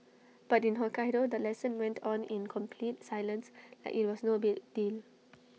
but in Hokkaido the lesson went on in complete silence like IT was no big deal